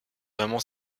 vraiment